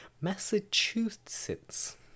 Massachusetts